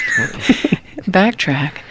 Backtrack